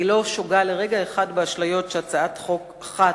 אני לא שוגה לרגע אחד באשליות שהצעת חוק אחת,